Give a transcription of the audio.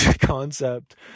concept